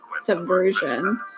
subversion